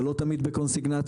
זה לא תמיד בקונסיגנציות.